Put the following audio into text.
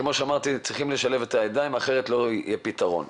כמו שאמרתי צריך לשלב ידיים, אחרת לא יהיה פתרון.